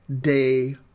day